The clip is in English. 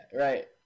right